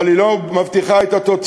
אבל היא לא מבטיחה את התוצאות.